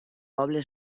poble